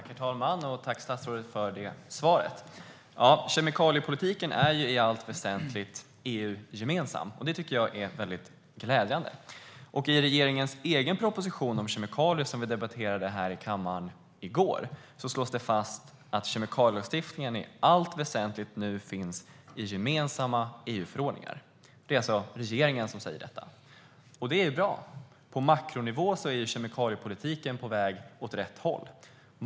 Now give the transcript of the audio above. Herr talman! Tack, statsrådet, för svaret! Kemikaliepolitiken är i allt väsentligt EU-gemensam. Det tycker jag är glädjande. I regeringens egen proposition om kemikalier, som vi debatterade här i kammaren i går, slås det fast att kemikalielagstiftningen i allt väsentligt nu finns i gemensamma EU-förordningar. Det är alltså regeringen som säger detta. Och det är bra. På makronivå är kemikaliepolitiken på väg åt rätt håll.